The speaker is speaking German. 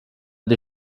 die